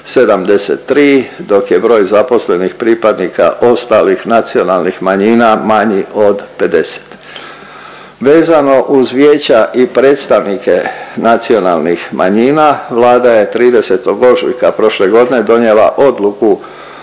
73, dok je broj zaposlenih pripadnika ostalih nacionalnih manjina manji od 50. Vezano uz vijeća i predstavnike nacionalnih manjina, Vlada je 30. ožujka prošle godine donijela odluku